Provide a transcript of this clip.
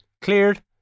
Cleared